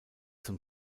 zum